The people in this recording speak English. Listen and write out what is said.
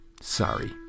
Sorry